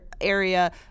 area